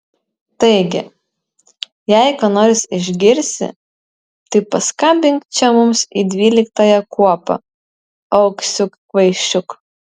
taigi jei ką nors išgirsi tai paskambink čia mums į dvyliktąją kuopą auksiuk kvaišiuk